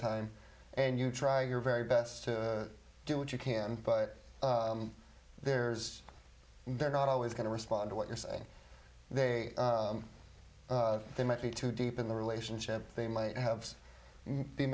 time and you try your very best to do what you can but there's they're not always going to respond to what you're saying they might be too deep in the relationship they might have be